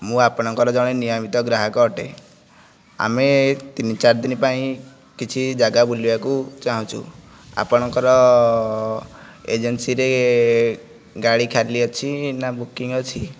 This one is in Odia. ମୁଁ ଆପଣଙ୍କର ଜଣେ ନିୟମିତ ଗ୍ରାହକ ଅଟେ ଆମେ ଏଇ ତିନି ଚାରି ଦିନି ପାଇଁ କିଛି ଜାଗା ବୁଲିବାକୁ ଚାହୁଁଛୁ ଆପଣଙ୍କର ଏଜେନ୍ସିରେ ଗାଡ଼ି ଖାଲି ଅଛି ନା ବୁକିଂ ଅଛି